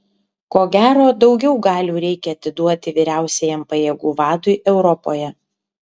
ko gero daugiau galių reikia atiduoti vyriausiajam pajėgų vadui europoje